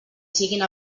siguin